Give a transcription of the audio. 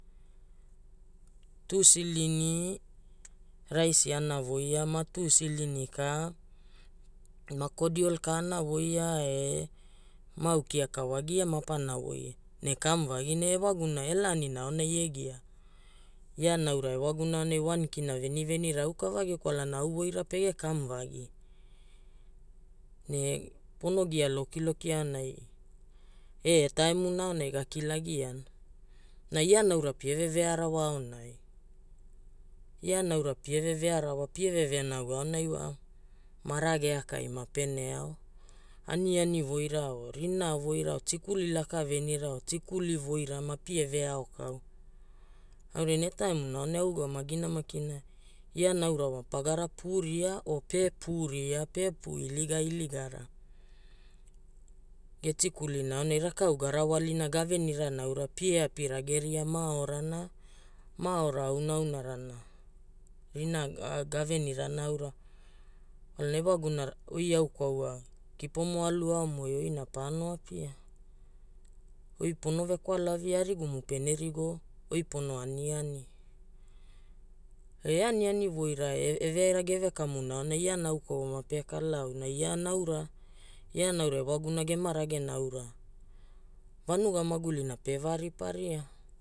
Tu silini raisi ana voia ma tu silini ka ma kodiol ka ana voia e ma au kiaka wagia ma pana voia ne kamu vagi. Na ewaguna e laanina e gia ia naura ewaguna aonai K1 veni venira auka vagi kwalana au voira pege kamu vagi. Ne pono gia lokilokia aonai e e taimuna aonai ga kilagiana. Na ia naura pie ve vearawa aonai, pie ve vearawa, pie venau aonai, wa ma ragea kai ma pene ao. Aniani voira o rinaa voira, tikuli laka venira o tikuli voira mapie ve ao kau. Aurai e taimuna aonai au a ugamagina ia naura pagara puu riao pe puuria, pe puu iliga iligara. E tikulina aonai rakau ga rawalina ga venirana aura, pie api rageria ma aorana, ma aora auna aunarana. Rinaa ga venirana aura, kwalana ewaguna oi au kwaua kipomo alu aomuai oina pano apia. oi pono vekwalavi, arigumu pene rigo, oi pono aniani. E aniani voira eveaira geve kamuna aonai, iana au kwaua mape kalaa auna ia naura, ia naura ewaguna ge maragena aura, vanuga magulina pe va riparia